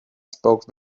spoke